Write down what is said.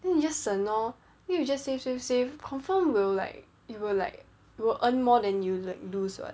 then you just 省 lor then you just save save save confirm will like it will like will earn more than you like lose [what]